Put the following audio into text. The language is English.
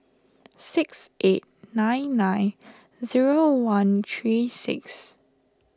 six eight nine nine zero one three six